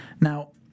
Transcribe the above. Now